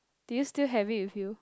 do you still have it with you